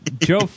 Joe